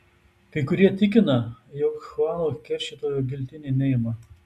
kai kurie tikina jog chuano keršytojo giltinė neima